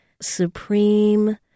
supreme